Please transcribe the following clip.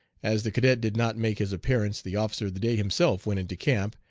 as the cadet did not make his appearance the officer of the day himself went into camp,